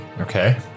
Okay